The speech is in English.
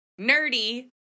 Nerdy